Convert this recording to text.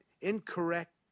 incorrect